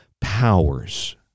powers